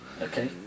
Okay